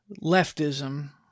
leftism